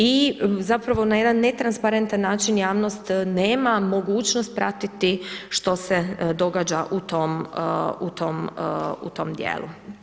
I zapravo na jedan netransparentan način, javnost nema mogućnost pratiti što se događa u tom dijelu.